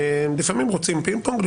לפעמים רוצים פינג-פונג,